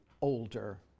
older